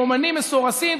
אומנים מסורסים,